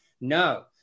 No